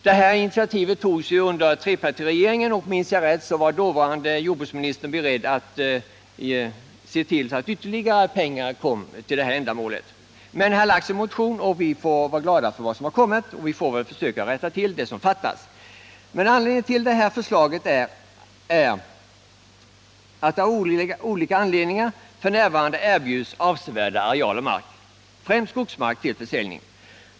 Det här initiativet togs under trepartiregeringen, och om jag minns rätt var dåvarande jordbruksministern beredd att föreslå en större summa till detta ändamål. Anledningen till förslaget är att det av olika anledningar f.n. utbjuds avsevärda arealer mark, främst skogsmark, till försäljning.